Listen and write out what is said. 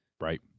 Right